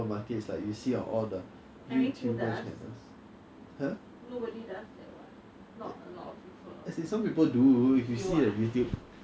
你自己煮饭 not confirm 比较便宜你吃一个鸡饭三块 then 你买东西煮 is like maybe around the same just that 你可以选你要吃什么啦 so